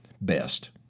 best